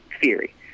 theory